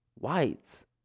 whites